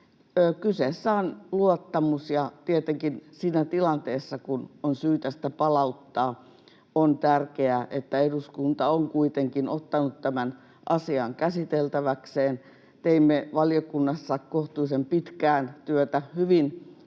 Kyseessä on luottamus, ja tietenkin siinä tilanteessa, kun on syytä sitä palauttaa, on tärkeää, että eduskunta on kuitenkin ottanut tämän asian käsiteltäväkseen. Teimme valiokunnassa kohtuullisen pitkään työtä, hyvin